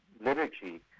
liturgy